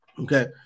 Okay